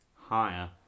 Higher